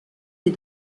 des